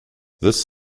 this